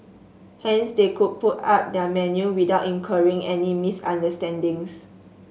hence they could put up their menu without incurring any misunderstandings